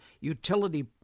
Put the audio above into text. utility